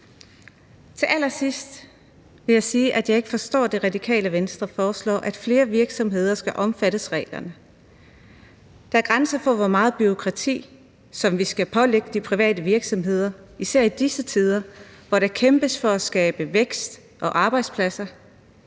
Til allersidst vil jeg sige, at jeg ikke forstår, at Det Radikale Venstre foreslår, at flere virksomheder skal omfattes af reglerne, for der er grænser for, hvor meget bureaukrati vi skal pålægge de private virksomheder, især i disse tider, hvor der kæmpes for at skabe vækst og arbejdspladser.